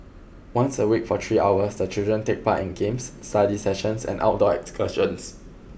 once a week for three hours the children take part in games study sessions and outdoor excursions